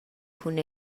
cun